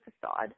facade